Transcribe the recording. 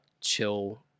chill